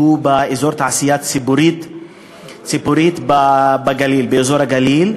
שהוא באזור התעשייה ציפורית באזור הגליל,